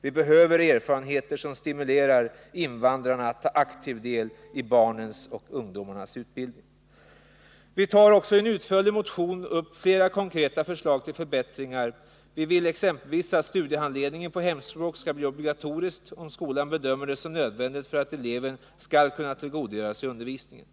Vi behöver erfarenheter som stimulerar invandrarna att ta aktiv del i barnens och ungdomarnas utbildning. 10. I en utförlig motion tar vi upp flera konkreta förslag till förbättringar. Vi vill exempelvis att studiehandledningen på hemspråk skall bli obligatorisk om skolan bedömer det som nödvändigt för att elev skall kunna tillgodogöra sig undervisningen.